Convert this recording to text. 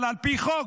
אבל על פי חוק,